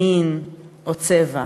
מין או צבע.